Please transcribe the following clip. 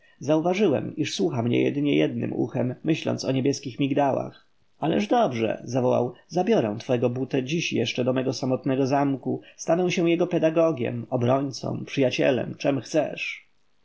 zauważyłem iż słucha mnie jednem uchem myśląc o niebieskich migdałach ależ dobrze zawołał zabiorę twego butę dziś jeszcze do mojego samotnego zamku stanę się jego pedagogiem obrońcą przyjacielem czem chcesz